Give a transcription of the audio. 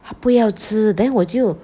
他不要吃 then 我就